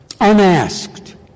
unasked